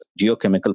geochemical